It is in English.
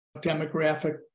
demographic